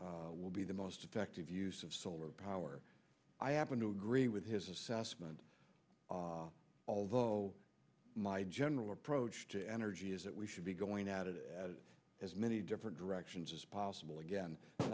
expects will be the most effective use of solar power i happen to agree with his assessment although my job neral approach to energy is that we should be going at it as many different directions as possible again